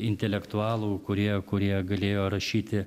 intelektualų kurie kurie galėjo rašyti